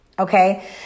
Okay